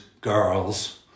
girls